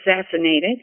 assassinated